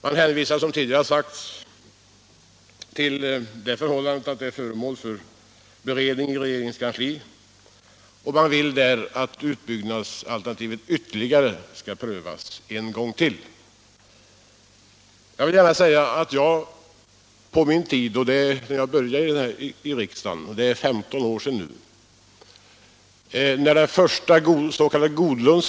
Man hänvisar, som tidigare sagts, till det förhållandet att frågan är föremål för beredning i regeringens kansli, och man vill att utbyggnadsalternativet skall prövas ytterligare en gång. Redan då jag började i riksdagen — det är nu 15 år sedan — ansåg jag att man borde ta steget till en utbyggnad.